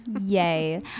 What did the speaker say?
yay